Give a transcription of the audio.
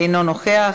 אינו נוכח,